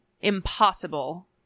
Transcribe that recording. impossible